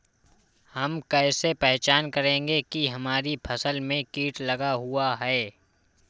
हम कैसे पहचान करेंगे की हमारी फसल में कीट लगा हुआ है?